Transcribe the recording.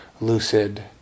lucid